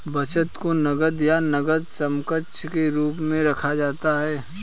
बचत को नकद या नकद समकक्ष के रूप में रखा जाता है